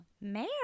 Mayor